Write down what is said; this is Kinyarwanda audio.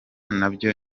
nabyo